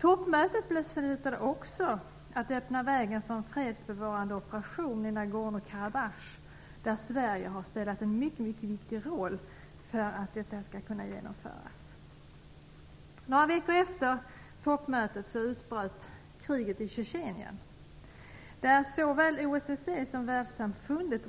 Toppmötet beslutade också att öppna vägen för en fredsbevarande operation i Nagorno-Karabach, där Sverige har spelat en mycket viktig roll för att detta skall kunna genomföras. Några veckor efter toppmötet utbröt kriget i Tjetjenien. Till en början reagerade såväl OSSE som världssamfundet